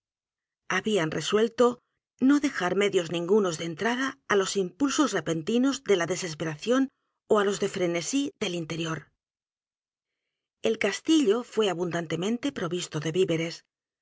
habían resuelto no dejar medios ningunos de entrada á los impulsos repentinos de la desesperación ó á los de frenesí del interior el castillo fué abundantemente provisto de víveres